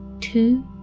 two